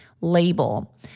label